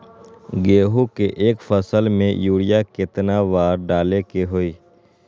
गेंहू के एक फसल में यूरिया केतना बार डाले के होई?